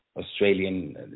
Australian